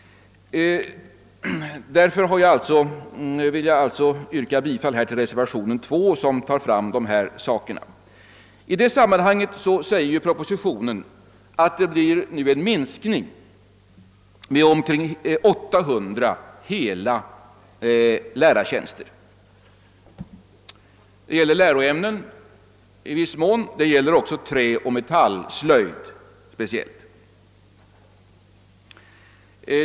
Jag vill alltså yrka bifall till reservationen 2, som betonar dessa problem. I propositionen framhålles i detta sammanhang att det blir en minskning med omkring 800 hela lärartjänster; det gäller i viss mån läroämnena och dessutom speciellt träoch metallslöjd.